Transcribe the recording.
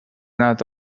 not